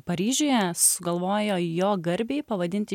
paryžiuje sugalvojo jo garbei pavadinti